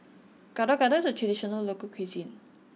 Gado Gado is a traditional local cuisine